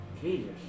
jesus